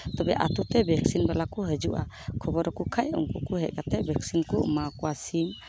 ᱛᱚᱵᱮ ᱟᱛᱩ ᱛᱮ ᱵᱷᱮᱠᱥᱤᱱ ᱵᱟᱞᱟ ᱠᱚ ᱦᱟᱡᱩᱜᱼᱟ ᱠᱷᱚᱵᱚᱨᱟᱠᱚ ᱠᱷᱟᱡ ᱩᱝᱠᱩ ᱠᱚ ᱦᱮᱡ ᱠᱟᱛᱮᱫ ᱵᱷᱮᱠᱥᱤᱱ ᱠᱚ ᱮᱢᱟᱣᱟᱠᱚᱣᱟ ᱥᱤᱢ